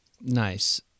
Nice